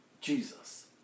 Jesus